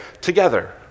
together